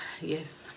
Yes